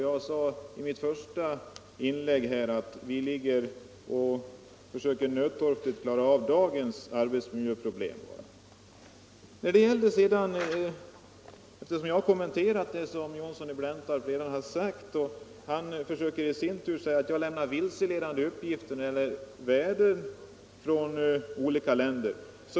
Jag sade i mitt första inlägg att vi nu bara nödtorftigt försöker klara av dagens arbetsmiljöproblem. Jag har egentligen kommenterat det som herr Johnsson i Blentarp har ÅArbetsmiljöfrågor, sagt. Han menar emellertid nu att jag lämnat vilseledande uppgifter beträffande värden i olika länder.